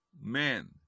men